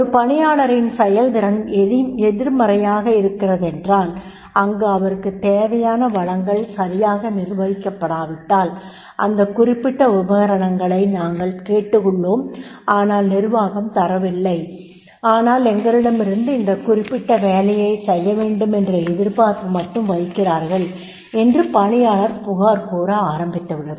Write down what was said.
ஒரு பணியாளரின் செயல்திறன் எதிர்மறையாக இருக்கிறதென்றால் அங்கு அவருக்குத் தேவையான வளங்கள் சரியாக நிர்வகிக்கப்படாவிட்டால் இந்த குறிப்பிட்ட உபகரணங்களை நாங்கள் கேட்டுள்ளோம் ஆனால் நிர்வாகம் தரவில்லை ஆனால் எங்களிடமிருந்து இந்த குறிப்பிட்ட வேலையைச் செய்ய வேண்டும் என்ற எதிர்பார்ப்பு மட்டும் வைக்கிறார்கள் என்று பணியாளர் புகார் கூற ஆரம்பித்துவிடுவர்